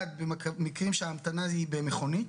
אחד במקרים שההמתנה היא במכונית